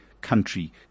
country